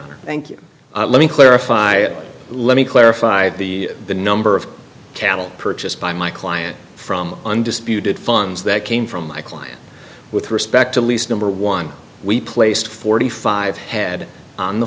e thank you let me clarify let me clarify the the number of cattle purchased by my client from undisputed funds that came from my client with respect to lease number one we placed forty five head on the